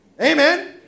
Amen